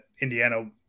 Indiana